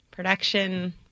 Production